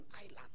island